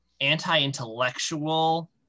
anti-intellectual